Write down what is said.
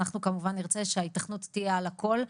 אנחנו כמובן נרצה שההיתכנות תהיה על הכל,